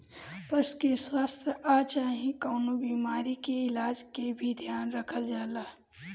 पशु के स्वास्थ आ चाहे कवनो बीमारी के इलाज के भी ध्यान रखल जाला